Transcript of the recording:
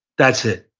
that's it.